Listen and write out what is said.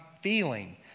feeling